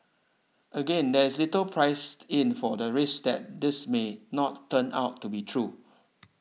again there is little priced in for the risk that this may not turn out to be true